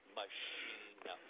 machine